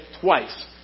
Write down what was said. twice